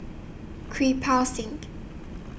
Kirpal Singh